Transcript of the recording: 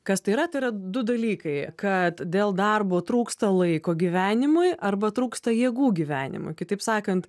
kas tai yra tai yra du dalykai kad dėl darbo trūksta laiko gyvenimui arba trūksta jėgų gyvenimui kitaip sakant